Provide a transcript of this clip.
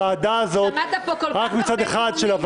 הוועדה הזאת -- אבל שמעת פה כל כך הרבה טיעונים,